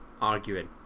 arguing